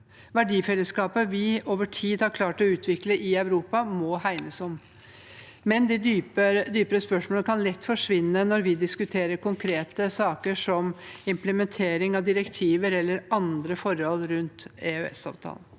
verdifellesskapet vi over tid har klart å utvikle i Europa, må hegnes om. De dypere spørsmål kan imidlertid lett forsvinne når vi diskuterer konkrete saker, som implementering av direktiver eller andre forhold rundt EØS-avtalen.